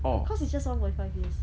her course is just one point five years